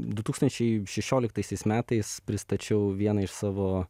du tūkstančiai šešioliktaisiais metais pristačiau vieną iš savo